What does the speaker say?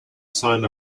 sign